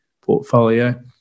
portfolio